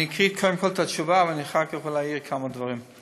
אני אקריא קודם כול את התשובה ואחר כך אולי אעיר כמה דברים.